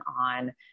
on